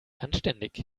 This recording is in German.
anständig